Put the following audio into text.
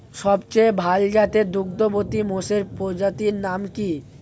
সবচেয়ে ভাল জাতের দুগ্ধবতী মোষের প্রজাতির নাম কি?